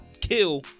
kill